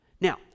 Now